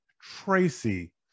Tracy